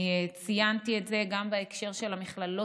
אני ציינתי את זה גם בהקשר של המכללות,